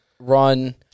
Run